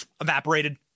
evaporated